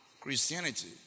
Christianity